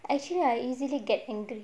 actually I easily get angry